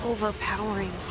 overpowering